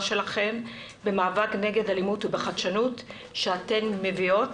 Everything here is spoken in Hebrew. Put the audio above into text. שלכן במאבק נגד אלימות ובחדשנות שאתן מביאות,